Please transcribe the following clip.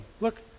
Look